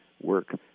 work